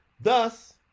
Thus